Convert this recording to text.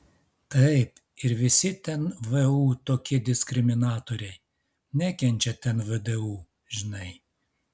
taip ir visi ten vu tokie diskriminatoriai nekenčia ten vdu žinai